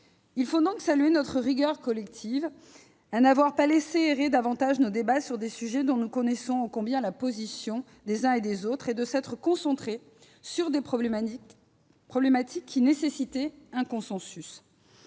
Il faut donc saluer notre rigueur collective, qui nous a conduits à ne pas laisser errer davantage nos débats sur des sujets pour lesquels nous connaissons ô combien la position des uns et des autres et à nous concentrer sur des problématiques qui nécessitaient un consensus.